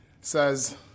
says